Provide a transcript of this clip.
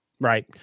Right